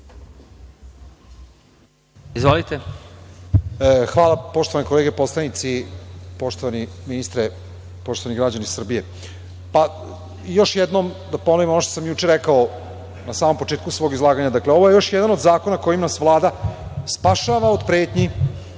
Đurić** Hvala. Poštovane kolege poslanici, poštovani ministre, poštovani građani Srbije, još jednom da ponovim ono što sam juče rekao na samom početku svoga izlaganja. Dakle, ovo je još jedan od zakona kojim nas Vlada spašava od pretnji